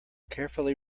carefully